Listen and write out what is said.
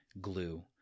glue